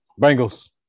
Bengals